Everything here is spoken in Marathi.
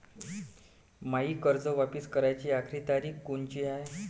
मायी कर्ज वापिस कराची आखरी तारीख कोनची हाय?